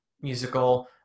musical